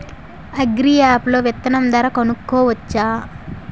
Agri app లో విత్తనం ధర కనుకోవచ్చా?